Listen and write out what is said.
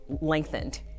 lengthened